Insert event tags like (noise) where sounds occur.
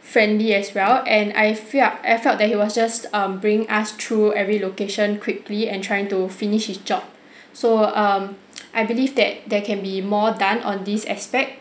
friendly as well and I felt I felt that he was just um bringing us through every location quickly and trying to finish his job so um (noise) I believe that there can be more done on this aspect